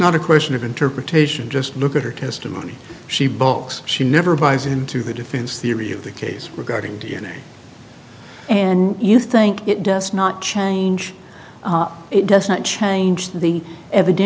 not a question of interpretation just look at her testimony she books she never buys into the defense theory of the case regarding d n a and you think it does not change it does not change the eviden